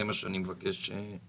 זה מה שאני מבקש לדעת.